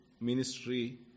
Ministry